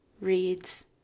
reads